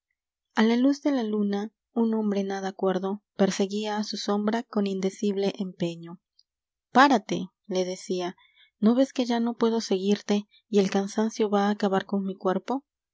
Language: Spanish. la luz de la luna un hombre nada cuerdo perseguía á su sombra con indecible empeño p á r a t e l le d e c í a n o ves que ya no puedo seguirte y el cansancio va acabar con m